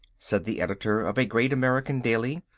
said the editor of a great american daily,